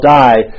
die